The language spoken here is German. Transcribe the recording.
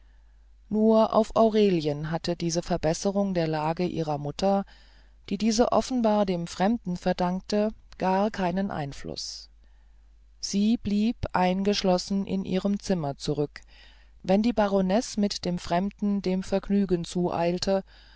nur auf aurelien hatte diese verbesserung der lage ihrer mutter die diese offenbar dem fremden verdankte gar keinen einfluß sie blieb eingeschlossen in ihrem zimmer zurück wenn die baronesse mit dem fremden dem vergnügen zueilte